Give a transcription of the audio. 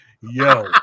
Yo